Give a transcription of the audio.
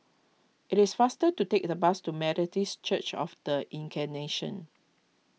it is faster to take the bus to Methodist Church of the Incarnation